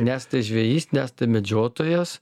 nesate žvejys nesate medžiotojas